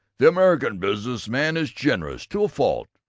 the american business man is generous to a fault.